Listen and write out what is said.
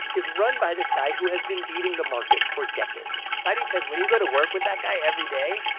is run by this guy who has been beating the market for decades seides says when you go to work with that guy every day,